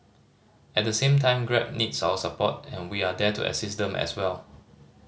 at the same time Grab needs our support and we are there to assist them as well